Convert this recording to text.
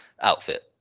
outfit